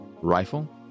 rifle